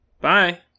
Bye